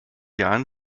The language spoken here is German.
jahren